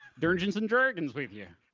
dergeons and jergons with you.